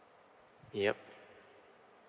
yup